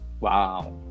Wow